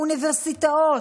אוניברסיטאות,